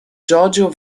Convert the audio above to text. giorgio